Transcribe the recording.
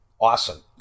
awesome